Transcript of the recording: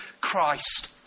Christ